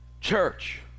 church